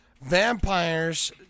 vampires